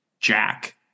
Jack